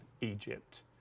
Egypt